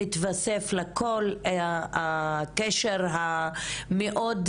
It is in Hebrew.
מתווסף לכל הקשר המאוד,